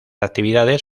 actividades